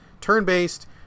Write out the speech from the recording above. turn-based